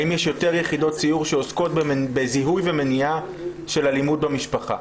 האם יש יותר יחידות סיור שעוסקות בזיהוי ומניעה של אלימות במשפחה?